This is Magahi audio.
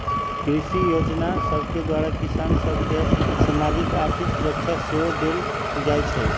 कृषि जोजना सभके द्वारा किसान सभ के सामाजिक, आर्थिक सुरक्षा सेहो देल जाइ छइ